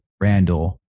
Randall